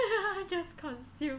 ya I just consume